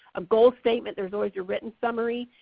a goal statement, there's always your written summary,